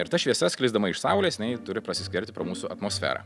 ir ta šviesa sklisdama iš saulės jinai turi prasiskverbti pro mūsų atmosferą